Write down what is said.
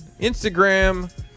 Instagram